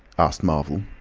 asked marvel.